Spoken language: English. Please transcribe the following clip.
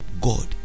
God